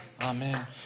Amen